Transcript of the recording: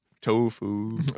Tofu